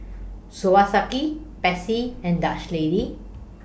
Swarovski Pepsi and Dutch Lady